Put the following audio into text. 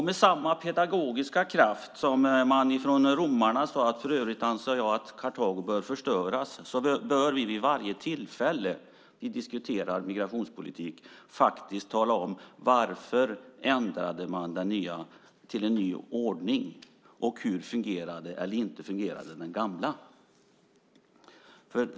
Med samma pedagogiska kraft som en romare sade att han för övrigt ansåg att Karthago bör förstöras, bör vi vid varje tillfälle vi diskuterar migrationspolitik faktiskt tala om varför man ändrade till en ny ordning och hur det fungerade eller inte fungerade med den gamla.